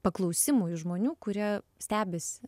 paklausimų iš žmonių kurie stebisi